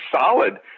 solid